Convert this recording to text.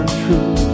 true